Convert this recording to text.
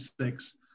six